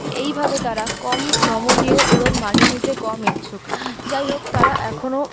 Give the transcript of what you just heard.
এইভাবে তারা কম নমনীয় এবং মানিয়ে নিতে কম ইচ্ছুক যাই হোক তারা এখনো